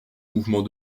mouvement